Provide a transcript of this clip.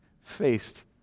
faced